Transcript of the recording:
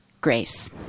grace